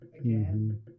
again